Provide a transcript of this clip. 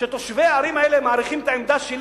שתושבי הערים האלה מעריכים את העמדה שלי